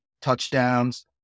touchdowns